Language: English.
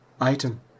Item